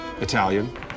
Italian